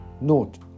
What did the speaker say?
Note